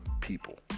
people